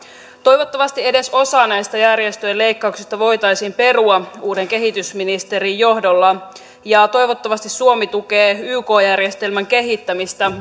toivottavasti edes osa näistä järjestöjen leikkauksista voitaisiin perua uuden kehitysministerin johdolla ja toivottavasti suomi tukee yk järjestelmän kehittämistä